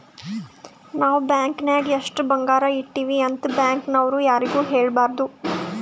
ನಾವ್ ಬ್ಯಾಂಕ್ ನಾಗ್ ಎಷ್ಟ ಬಂಗಾರ ಇಟ್ಟಿವಿ ಅಂತ್ ಬ್ಯಾಂಕ್ ನವ್ರು ಯಾರಿಗೂ ಹೇಳಬಾರ್ದು